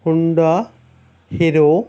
Honda hero